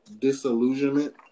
Disillusionment